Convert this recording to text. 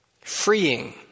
freeing